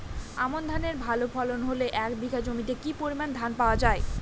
আমন ধানের ভালো ফলন হলে এক বিঘা জমিতে কি পরিমান ধান পাওয়া যায়?